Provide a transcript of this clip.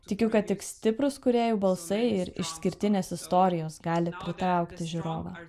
tikiu kad tik stiprūs kūrėjų balsai ir išskirtinės istorijos gali pritraukti žiūrovą